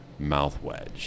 Mouthwedge